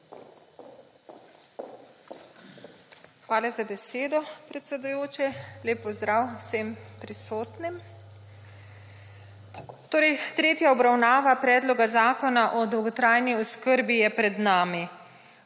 Hvala za besedo, predsedujoči. Lep pozdrav vsem prisotnim. Torej tretja obravnava Predloga Zakona o dolgotrajni oskrbi je pred nami.